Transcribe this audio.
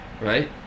right